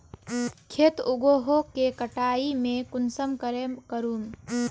खेत उगोहो के कटाई में कुंसम करे करूम?